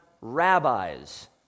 rabbis